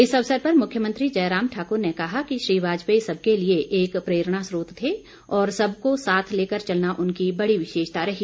इस अवसर पर मुख्यमंत्री जयराम ठाकुर ने कहा कि श्री वाजपेयी सबके लिए एक प्रेरणास्रोत थे और सबको साथ लेकर चलना उनकी बड़ी विशेषता रही